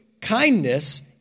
kindness